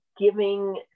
giving